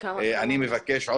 אות